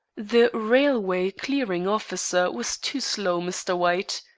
the railway clearing officer was too slow, mr. white.